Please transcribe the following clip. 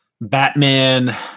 Batman